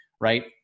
right